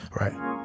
right